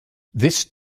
this